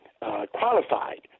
qualified